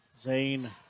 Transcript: Zane